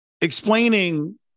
explaining